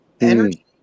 energy